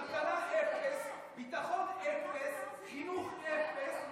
כלכלה, אפס, ביטחון, אפס, חינוך, אפס.